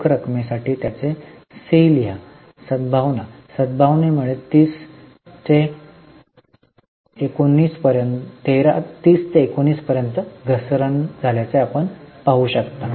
रोख रकमेसाठी त्याचे सी सी लिहा सद्भावना सदभावनामुळे 30 ते 19 पर्यंत घसरल्याचे आपण पाहू शकता